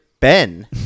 Ben